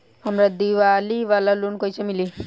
हमरा दीवाली वाला लोन कईसे मिली?